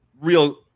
Real